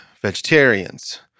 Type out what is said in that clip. vegetarians